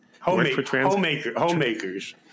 Homemakers